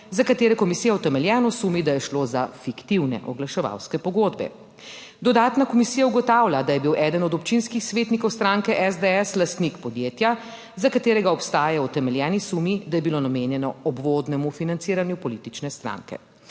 za katere komisija utemeljeno sumi, da je šlo za fiktivne oglaševalske pogodbe. Dodatno komisija ugotavlja, da je bil eden od občinskih svetnikov stranke SDS lastnik podjetja, za katerega obstajajo utemeljeni sumi, da je bilo namenjeno obvodnemu financiranju politične stranke.